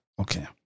Okay